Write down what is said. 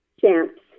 champs